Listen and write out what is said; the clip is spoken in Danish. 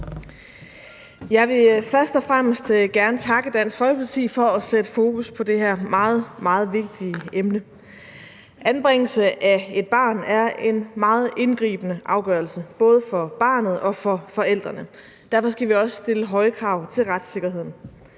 Jeg vil først og fremmest gerne takke Dansk Folkeparti for at sætte fokus på det her meget, meget vigtige emne. Anbringelse af et barn er en meget indgribende afgørelse, både for barnet og for forældrene. Derfor skal vi også stille høje krav til retssikkerheden.